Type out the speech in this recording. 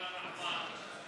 (אומר בערבית: